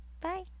bye